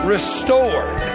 Restored